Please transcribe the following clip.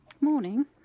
Morning